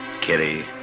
Kitty